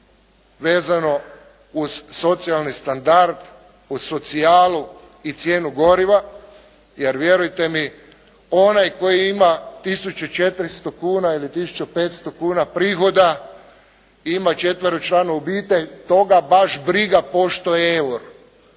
vezano uz socijalni standard, uz socijalu i cijenu goriva, jer vjerujte mi onaj koji ima 1400 kuna ili 1500 kuna prihoda i ima četveročlanu obitelj, toga baš briga pošto je litra